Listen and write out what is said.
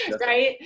right